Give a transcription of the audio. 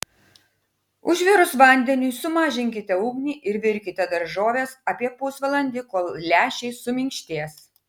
užvirus vandeniui sumažinkite ugnį ir virkite daržoves apie pusvalandį kol lęšiai suminkštės